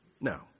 No